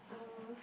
uh